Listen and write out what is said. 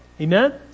Amen